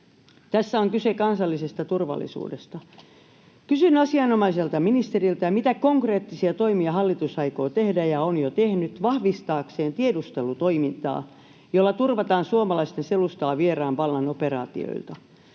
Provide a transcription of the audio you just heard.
Tässä on kyse kansallisesta turvallisuudesta. Kysyn asianomaiselta ministeriltä: mitä konkreettisia toimia hallitus aikoo tehdä ja on jo tehnyt vahvistaakseen tiedustelutoimintaa, jolla turvataan suomalaisten selustaa vieraan vallan operaatioilta?